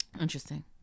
Interesting